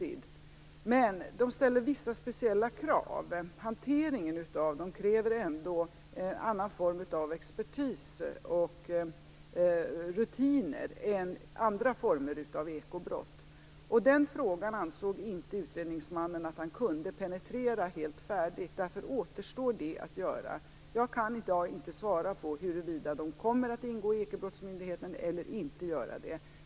Men de ställer vissa speciella krav. Hanteringen av dem kräver annan form av expertis och rutiner än andra former av ekobrott. Den frågan ansåg inte utredningsmannen att han kunde penetrera helt färdigt. Därför återstår det att göra. Jag kan i dag inte svara på huruvida de kommer att ingå i ekobrottsmyndighetens arbete eller inte.